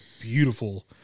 beautiful